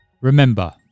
Remember